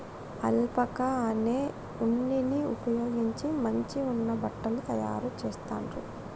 alpaca అనే ఉన్నిని ఉపయోగించి మంచి ఉన్ని బట్టలు తాయారు చెస్తాండ్లు